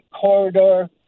corridor